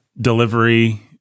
delivery